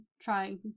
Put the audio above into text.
trying